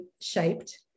shaped